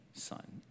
Son